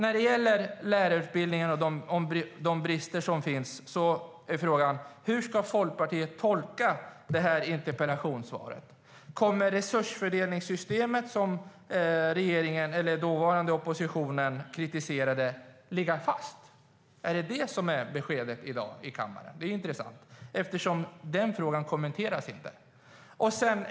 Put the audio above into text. Vad gäller lärarutbildningarna och de brister som finns är frågan: Hur ska Folkpartiet tolka det här interpellationssvaret? Kommer resursfördelningssystemet som den dåvarande oppositionen kritiserade att ligga fast? Är det det som är beskedet i kammaren i dag? Det vore intressant att veta eftersom den frågan inte kommenteras i svaret.